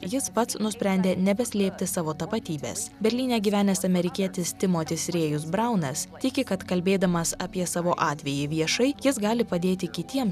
jis pats nusprendė nebeslėpti savo tapatybės berlyne gyvenęs amerikietis timotis rėjus braunas tiki kad kalbėdamas apie savo atvejį viešai jis gali padėti kitiems